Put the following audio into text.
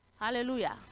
Hallelujah